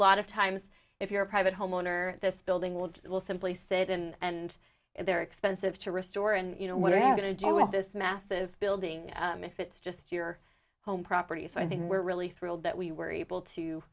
lot of times if you're a private homeowner this building world will simply sit and they're expensive to restore and you know what are you going to do with this massive building if it's just your home property so i think we're really thrilled that we were able to